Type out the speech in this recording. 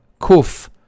Kuf